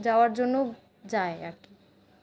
যাওয়ার জন্যও যায় আরকি